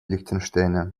лихтенштейна